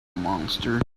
monster